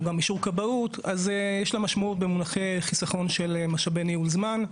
יש לה משמעות במונחי חיסכון של משאבי ניהול זמן,